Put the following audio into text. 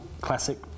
classic